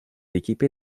équipé